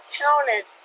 counted